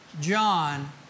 John